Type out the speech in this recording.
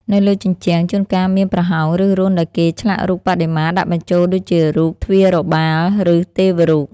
នៅលើជញ្ជាំង ជួនកាលមានប្រហោង ឬរន្ធដែលគេឆ្លាក់រូបបដិមាដាក់បញ្ចូល ដូចជារូប ទ្វារបាល ឬទេវរូប។